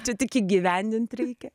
čia tik įgyvendint reikia